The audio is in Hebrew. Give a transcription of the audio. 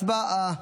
הצבעה.